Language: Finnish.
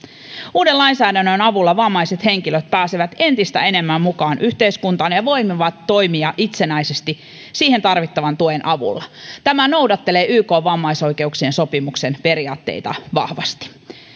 uuden lainsäädännön avulla vammaiset henkilöt pääsevät entistä enemmän mukaan yhteiskuntaan ja voivat toimia itsenäisesti siihen tarvittavan tuen avulla tämä noudattelee ykn vammaisoikeuksien sopimuksen periaatteita vahvasti